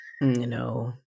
No